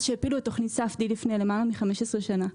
שהפילו את תוכנית ספדי לפני יותר מ-15 שנים.